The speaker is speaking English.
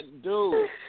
dude